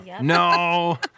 No